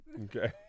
Okay